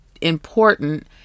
important